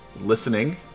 listening